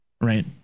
Right